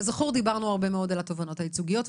כזכור דיברנו הרבה מאוד על התובענות הייצוגיות,